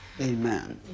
Amen